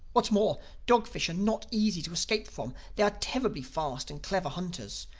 what's more, dog-fish are not easy to escape from they are terribly fast and clever hunters.